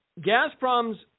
Gazprom's